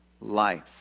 life